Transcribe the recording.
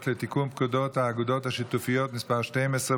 לתיקון פקודת האגודות השיתופיות (מס' 12),